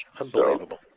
Unbelievable